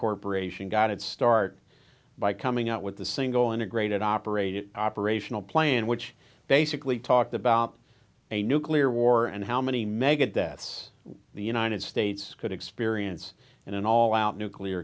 corporation got its start by coming out with the single integrated operated operational plan which basically talked about a nuclear war and how many mega deaths the united states could experience in an all out nuclear